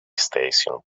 station